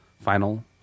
final